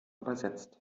übersetzt